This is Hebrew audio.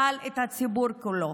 אבל גם בציבור כולו.